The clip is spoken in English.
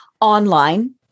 online